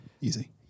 Easy